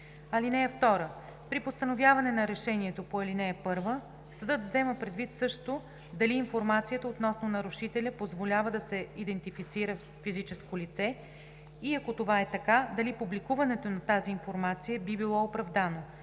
име. (2) При постановяване на решението по ал. 1 съдът взема предвид също дали информацията относно нарушителя позволява да се идентифицира физическо лице и ако това е така, дали публикуването на тази информация би било оправдано,